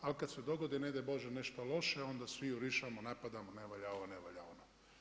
Ali kad se dogodi ne daj Bože nešto loše, onda svi jurišamo, napadamo ne valja ovo, ne valja ono.